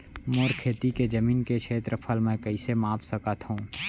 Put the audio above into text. मोर खेती के जमीन के क्षेत्रफल मैं कइसे माप सकत हो?